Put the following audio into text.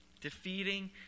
defeating